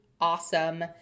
awesome